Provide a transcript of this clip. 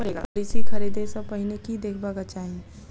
Policy खरीदै सँ पहिने की देखबाक चाहि?